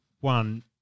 one